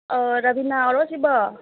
ꯔꯥꯕꯤꯅꯥꯔꯣ ꯁꯤꯕꯣ